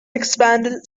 expanded